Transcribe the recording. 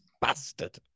bastard